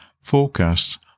forecasts